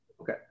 okay